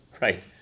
right